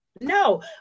No